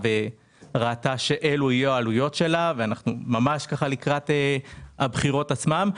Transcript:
וראתה שאלו יהיו העלויות שלה ואנחנו ממש כבר לקראת הבחירות עצמן.